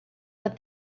but